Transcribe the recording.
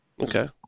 Okay